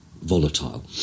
volatile